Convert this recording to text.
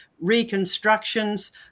reconstructions